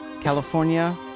California